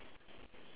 mm okay